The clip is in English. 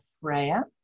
Freya